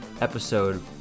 episode